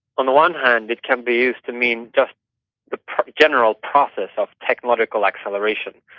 on the one hand it can be used to mean just the general process of technological acceleration.